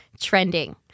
trending